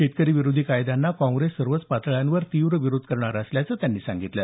शेतकरी विरोधी कायद्यांना काँग्रेस सर्वच पातळ्यांवर तीव्र विरोध करणार असल्याचं त्यांनी सांगितलं